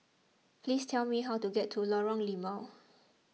please tell me how to get to Lorong Limau